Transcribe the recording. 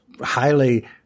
highly